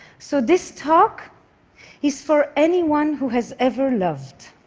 so this talk is for anyone who has ever loved.